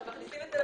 חשובה.